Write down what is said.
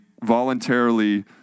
voluntarily